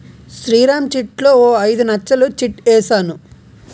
శ్రీరామ్ చిట్లో ఓ ఐదు నచ్చలు చిట్ ఏసాను